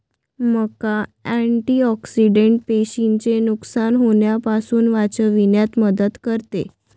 मका अँटिऑक्सिडेंट पेशींचे नुकसान होण्यापासून वाचविण्यात मदत करते